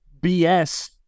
BS